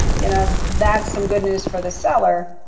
you know, that's some good news for the seller,